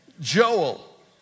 Joel